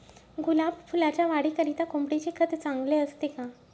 गुलाब फुलाच्या वाढीकरिता कोंबडीचे खत चांगले असते का?